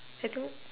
I don't